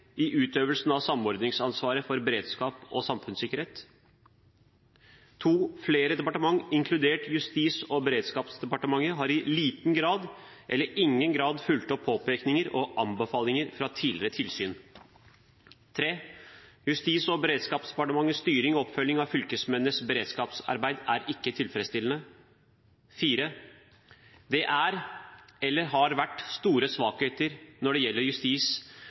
i utøvelsen av samordningsansvaret for beredskap og samfunnssikkerhet. Flere departementer, inkludert Justis- og beredskapsdepartementet, har i liten eller ingen grad fulgt opp påpekninger og anbefalinger fra tidligere tilsyn. Justis- og beredskapsdepartementets styring og oppfølging av fylkesmennenes beredskapsarbeid er ikke tilfredsstillende. Det er, eller har vært, store svakheter når det gjelder Justis-